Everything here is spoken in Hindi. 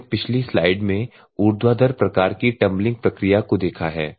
आपने पिछली स्लाइड में ऊर्ध्वाधर प्रकार की टंबलिंग प्रक्रिया को देखा है